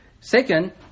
Second